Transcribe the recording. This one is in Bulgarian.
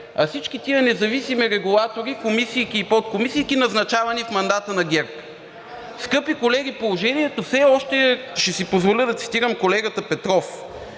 А всички тези независими регулатори, комисийки и подкомисийки, назначавани в мандата на ГЕРБ. Скъпи колеги, положението все още, ще си позволя да цитирам колегата Петров: